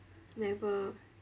never